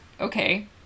okay